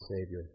Savior